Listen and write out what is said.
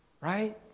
right